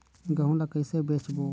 गहूं ला कइसे बेचबो?